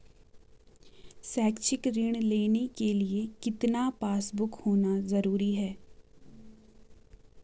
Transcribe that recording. शैक्षिक ऋण लेने के लिए कितना पासबुक होना जरूरी है?